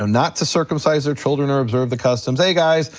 not to circumcise their children or observe the customs, hey guys,